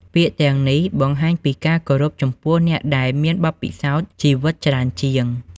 ពាក្យទាំងនេះបង្ហាញពីការគោរពចំពោះអ្នកដែលមានបទពិសោធន៍ជីវិតច្រើនជាង។